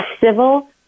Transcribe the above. civil